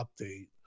update